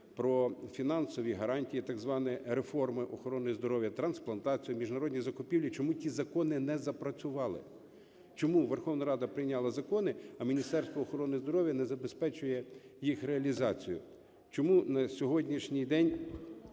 про фінансові гарантії так званої реформи охорони здоров'я, трансплантацію, міжнародні закупівлі, чому ті закони не запрацювали? Чому Верховна Рада прийняла закони, а Міністерство охорони здоров'я не забезпечує їх реалізацію? Чому на сьогоднішній день